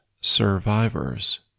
survivors